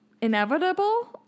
inevitable